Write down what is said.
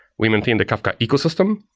we maintain the kafka ecosystem,